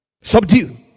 Subdue